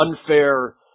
unfair